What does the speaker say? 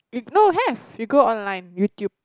if no have you go online YouTube